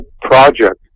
project